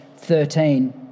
13